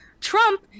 Trump